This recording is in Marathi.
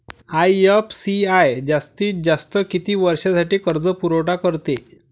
आय.एफ.सी.आय जास्तीत जास्त किती वर्षासाठी कर्जपुरवठा करते?